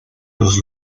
los